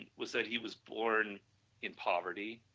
and was that he was born in poverty,